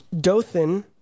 Dothan